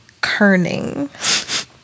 kerning